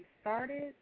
started